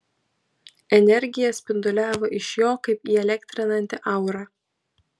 energija spinduliavo iš jo kaip įelektrinanti aura